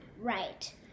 right